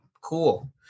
cool